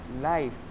life